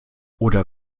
oder